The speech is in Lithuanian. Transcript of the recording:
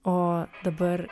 o dabar